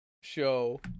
show